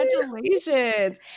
Congratulations